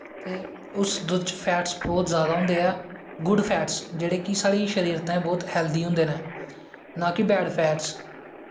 ते उस दुध्द च फैटस बौह्त जादा होंदे ऐं गुड फैटस जेह्ड़े कि साढ़े शरीर ताई बड़ी हैल्दी होंदे नै नां कि वैड फैटस